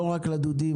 לא רק לדודים,